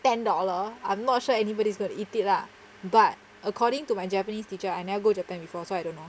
ten dollar I'm not sure anybody's gonna eat it lah but according to my japanese teacher I never go japan before so I don't know